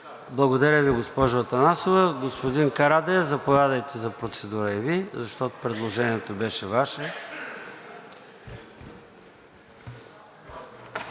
Благодаря Ви, госпожо Атанасова. Господин Карадайъ, заповядайте за процедура и Вие, защото предложението беше Ваше.